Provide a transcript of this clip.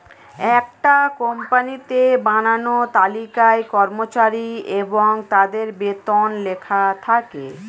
একটা কোম্পানিতে বানানো তালিকায় কর্মচারী এবং তাদের বেতন লেখা থাকে